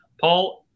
Paul